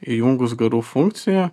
įjungus garų funkciją